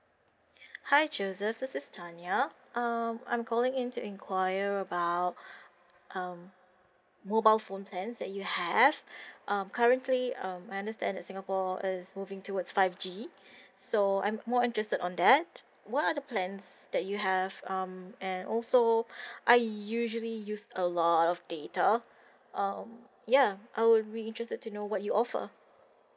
hi joseph this is tanya um I'm calling in to inquire about um mobile phone plans that you have um currently um I understand that singapore is moving towards five G so I'm more interested on that what are the plans that you have um and also I usually use a lot of data um ya I would be interested to know what you offer